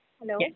Hello